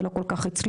זה לא כל כך הצליח,